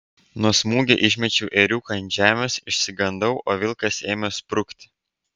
nuo smūgio išmečiau ėriuką ant žemės išsigandau o vilkas ėmė sprukti